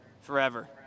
forever